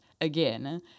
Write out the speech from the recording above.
again